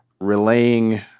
relaying